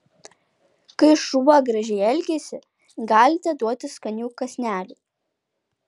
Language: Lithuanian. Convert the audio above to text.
kai šuo gražiai elgiasi galite duoti skanių kąsnelių